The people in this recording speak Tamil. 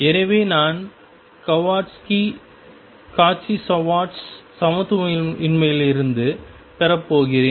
எனவே நான் கஹொவ்சி ஸ்வார்ட்ஸ் சமத்துவமின்மையிலிருந்து பெறப்போகிறேன்